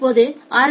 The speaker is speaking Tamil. இப்போது ஆர்